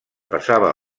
passava